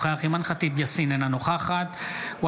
אינו נוכח אימאן ח'טיב יאסין,